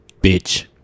bitch